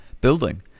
building